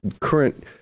current